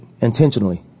intentionally